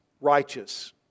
righteous